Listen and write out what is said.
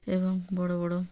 ଏବଂ ବଡ଼ ବଡ଼